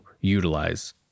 utilize